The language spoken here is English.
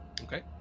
Okay